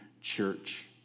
church